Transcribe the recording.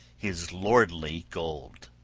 his lordly gold.